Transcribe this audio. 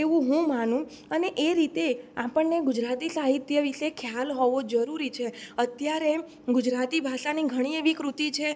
એવું હું માનું અને એ રીતે આપણને ગુજરાતી સાહિત્ય વિષે ખ્યાલ હોવો જરૂરી છે અત્યારે ગુજરાતી ભાષાની ઘણી એવી કૃતિ છે